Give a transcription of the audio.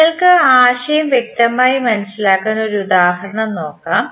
നിങ്ങൾക്ക് ആശയം വ്യക്തമായി മനസിലാക്കാൻ ഒരു ഉദാഹരണം നോക്കാം